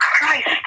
Christ